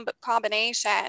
combination